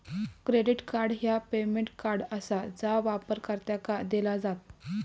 credit card ह्या payment card आसा जा वापरकर्त्यांका दिला जात